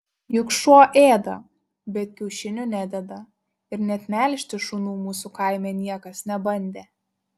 juk šuo ėda bet kiaušinių nededa ir net melžti šunų mūsų kaime niekas nebandė